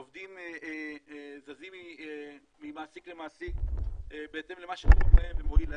עובדים זזים ממעסיק למעסיק בהתאם למה שמתאים להם ומועיל להם,